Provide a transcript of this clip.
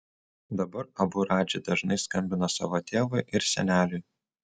dabar abu radži dažnai skambina savo tėvui ir seneliui